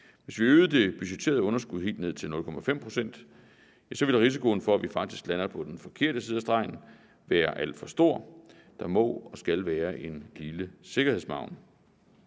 Hvis vi øgede det budgetterede underskud helt ned til 0,5 pct., ville risikoen for, at vi faktisk lander på den forkerte side af stregen, være alt for stor. Der må og skal være en lille sikkerhedsmargen.